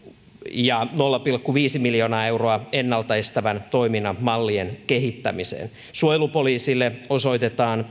ja nolla pilkku viisi miljoonaa euroa ennalta estävän toiminnan mallien kehittämiseen suojelupoliisille osoitetaan